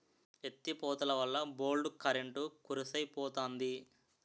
ఎత్తి పోతలవల్ల బోల్డు కరెంట్ కరుసైపోతంది